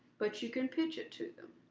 but you can pitch it to them.